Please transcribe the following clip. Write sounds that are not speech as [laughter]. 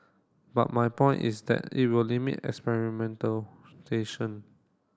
but my point is that it will limit experimental [unintelligible]